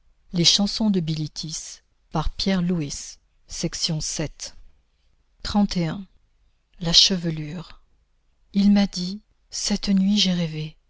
la chevelure il m'a dit cette nuit j'ai rêvé